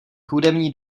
hudební